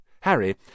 Harry